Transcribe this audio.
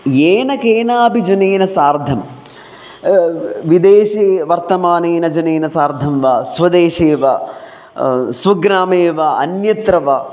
येन केनापि जनेन सार्धं विदेशे वर्तमानेन जनेन सार्धं वा स्वदेशे वा स्वग्रामे वा अन्यत्र वा